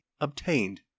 obtained